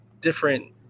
different